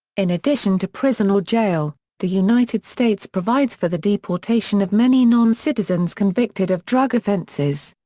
in addition to prison or jail, the united states provides for the deportation of many non-citizens convicted of drug offenses.